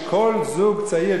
שכל זוג צעיר,